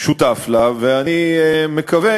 שותף לה, ואני מקווה